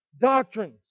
doctrines